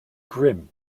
grim